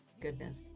goodness